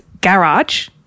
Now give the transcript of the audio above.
garage